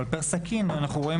אבל פר-סכין אנחנו רואים